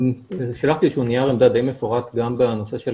אני שלחתי איזשהו נייר עמדה די מפורט גם בנושא של